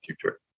future